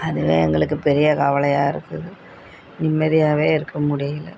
அதுவே எங்களுக்கு பெரிய கவலையாக இருக்குது நிம்மதியாகவே இருக்க முடியலை